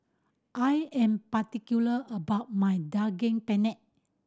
I am particular about my Daging Penyet